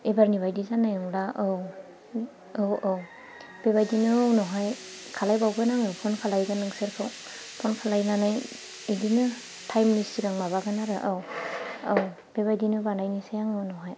एबारनि बायदि जानाय नंला औ औ औ बेबायदिनो उनावहाय खालामबावगोन आङो फन खालामगोन नोंसोरखौ फन खालामनानै बिदिनो थाइमनि सिगां माबागोन आरो औ औ औ बेबायदिनो बानायनोसै आं उनावहाय